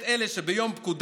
כי אין לכם תוכניות,